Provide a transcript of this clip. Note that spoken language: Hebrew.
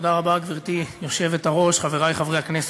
גברתי היושבת-ראש, תודה רבה, חברי חברי הכנסת,